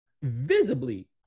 visibly